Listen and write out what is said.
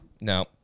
No